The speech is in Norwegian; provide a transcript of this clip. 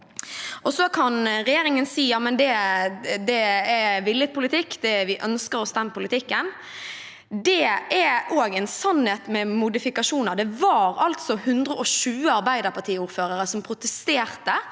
regjeringen si: Ja, men det er villet politikk – vi ønsker oss den politikken. Det er også en sannhet med modifikasjoner. Det var altså 120 arbeiderpartiordførere som protesterte